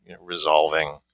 resolving